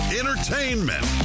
entertainment